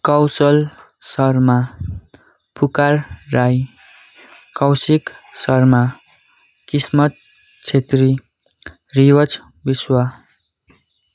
causal Sharma Pukar Rai Kaushik Sharma Kismat Chhetri Riwaj विश्व